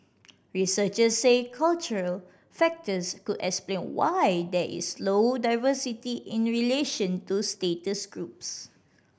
researchers said cultural factors could explain why there is low diversity in relation to status groups